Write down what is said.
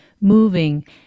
moving